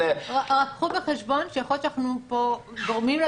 רק תיקחו בחשבון שיכול להיות שאנחנו פה גורמים,